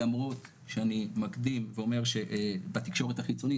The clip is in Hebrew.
למרות שאני מקדים ואומר שבתקשורת החיצונית